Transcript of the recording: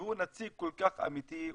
והוא נציג כל כך אמיתי,